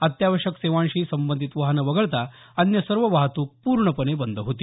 अत्यावश्यक सेवांशी संबंधित वाहनं वगळता अन्य सर्व वाहतूक पूर्णपणे बंद होती